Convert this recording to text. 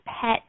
pet